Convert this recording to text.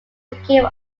became